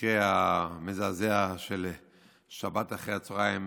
המקרה המזעזע, שבו בשבת אחר הצוהריים